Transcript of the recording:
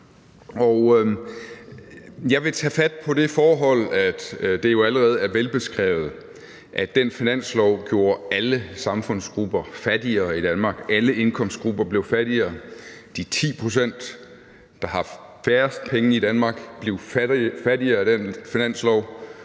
Jeg vil tage fat på det forhold, at det jo allerede er velbeskrevet, at den finanslov gjorde alle samfundsgrupper fattigere i Danmark. Alle indkomstgrupper blev fattigere. De 10 pct., der har færrest penge i Danmark, blev fattigere af den finanslov.